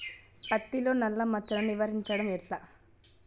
పత్తిలో నల్లా మచ్చలను నివారించడం ఎట్లా?